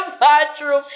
bathroom